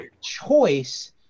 choice